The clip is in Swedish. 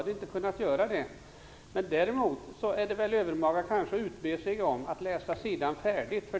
Däremot är det kanske övermaga att utbe sig om att sidan skall läsas färdigt.